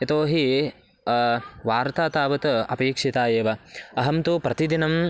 यतो हि वार्ता तावत् अपेक्षिता एव अहं तु प्रतिदिनं